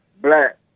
black